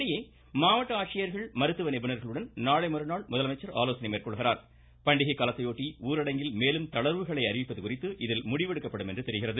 இதனிடையே மாவட்ட ஆட்சியர்கள் மருத்துவ நிபுணர்களுடன் நாளை மறுநாள் முதலமைச்சர் பண்டிகை காலத்தையொட்டி ஊரடங்கில் மேலும் தளர்வுகளை அறிவிப்பது குறித்து இதில் முடிவெடுக்கப்படும் என தெரிகிறது